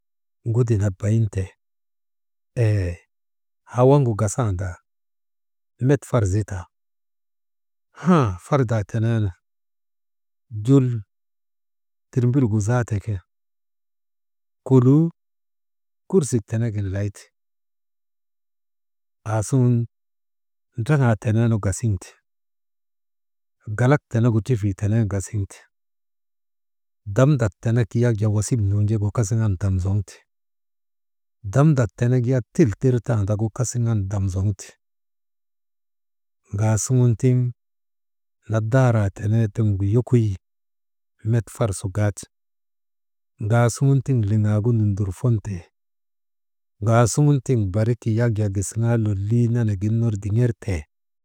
Ŋudi nak bayinte eey, haa waŋgu gasandaa, met far zitaa haa fardaa teneenu jul tirmbil gu zaate ke koluu kursik tenegin layte, aasuŋun ndraŋaa teneenu gasiŋte, galak tenegu trifii tenen gasiŋte, damdak tenek yak jaa wasik nunjegu kasiŋan dam zoŋte, damdak tenek yak til tirtandagu kasiŋan damzoŋte, ŋaasuŋun tiŋ nadaaraa tenee tiŋgu yokoy met farsu gaate, ŋaasuŋun tiŋ liŋaagu nundurfontee, ŋaasuŋun tiŋ barik yak gisiŋaa lolii nenegin ner diŋertee.